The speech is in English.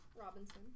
Robinson